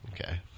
Okay